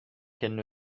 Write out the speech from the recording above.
qu’elle